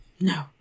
No